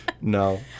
No